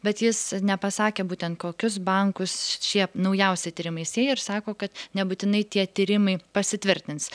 bet jis nepasakė būtent kokius bankus šie naujausi tyrimai sieja ir sako kad nebūtinai tie tyrimai pasitvirtins